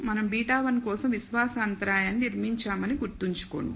మనం β1 కోసం విశ్వాస అంతరాయాన్ని నిర్మించామని గుర్తుంచుకోండి